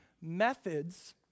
methods